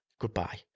Goodbye